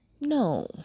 no